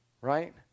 right